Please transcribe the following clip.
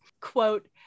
Quote